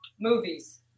Movies